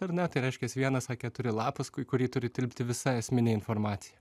ar ne tai reiškiasi vienas a keturi lapas į kurį turi tilpti visa esminė informacija